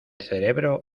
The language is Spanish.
cerebro